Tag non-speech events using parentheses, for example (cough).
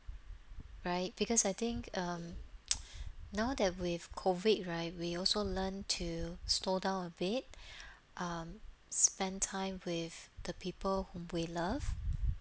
right because I think um (noise) now that we've COVID right we also learn to slow down a bit um spend time with the people whom we love